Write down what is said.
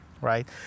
right